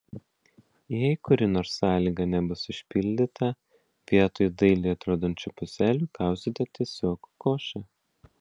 jei kuri nors sąlyga nebus išpildyta vietoj dailiai atrodančių puselių gausite tiesiog košę